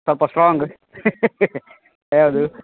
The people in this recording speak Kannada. ಸ್ವಲ್ಪ ಸ್ಟ್ರಾಂಗ್ ಯಾವುದು